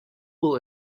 will